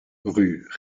rue